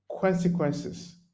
consequences